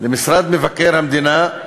למשרד מבקר המדינה,